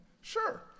sure